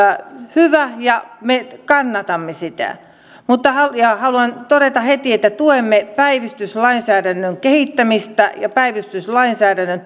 hyvä ja me kannatamme sitä ja haluan todeta heti että tuemme päivystyslainsäädännön kehittämistä ja päivystyslainsäädännön